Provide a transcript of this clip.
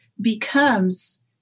becomes